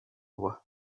voix